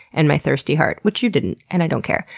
and my thirsty heart, which you didn't, and i don't care.